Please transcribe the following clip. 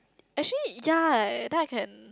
actually ya then I can